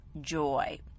joy